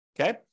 Okay